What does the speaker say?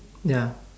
ya